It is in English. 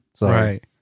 Right